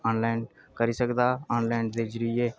online करी सकदा online दे जरियै